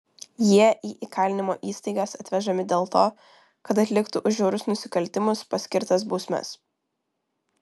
jie į įkalinimo įstaigas atvežami dėl to kad atliktų už žiaurius nusikaltimus paskirtas bausmes